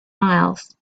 miles